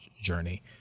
journey